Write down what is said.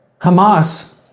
Hamas